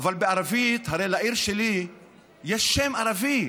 אבל הרי בערבית לעיר שלי יש שם ערבי,